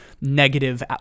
negative